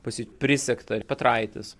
pas jį prisegta petraitis